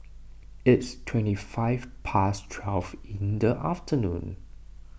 its twenty five past twelve in the afternoon